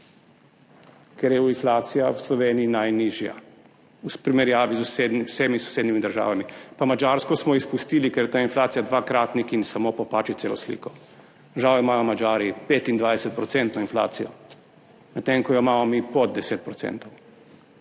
ker je inflacija v Sloveniji najnižja v primerjavi z vsemi sosednjimi državami. Pa Madžarsko smo izpustili, ker je ta inflacija dvakratnik in samo popači celo sliko. Žal imajo Madžari 25 % inflacijo, medtem ko jo imamo mi pod 10 %.